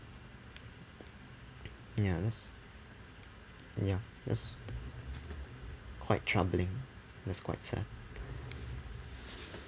ya that's ya that's quite troubling that's quite sad